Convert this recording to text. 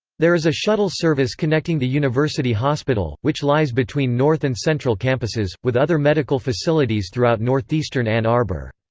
there is a shuttle service connecting the university hospital, which lies between north and central campuses, with other medical facilities throughout northeastern ann arbor.